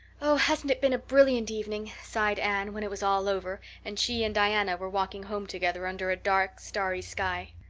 oh, hasn't it been a brilliant evening? sighed anne, when it was all over and she and diana were walking home together under a dark, starry sky.